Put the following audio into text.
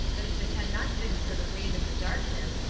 that if it had not been for the rain and the darkness,